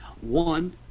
One